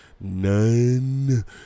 None